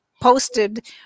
posted